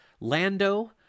Lando